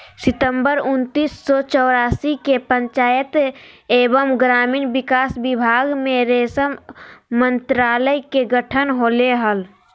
सितंबर उन्नीस सो चौरासी के पंचायत एवम ग्रामीण विकास विभाग मे रेशम मंत्रालय के गठन होले हल,